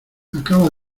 acaba